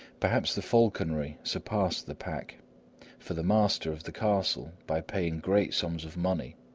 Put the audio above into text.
perhaps the falconry surpassed the pack for the master of the castle, by paying great sums of money,